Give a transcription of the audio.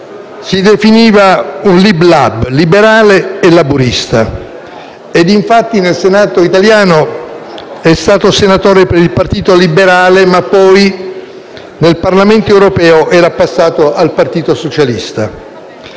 si definiva un «lib-lab», liberale e laburista, e infatti nel Senato italiano è stato senatore per il Partito Liberale, ma poi, nel Parlamento europeo, era passato al Partito Socialista.